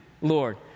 Lord